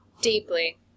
Deeply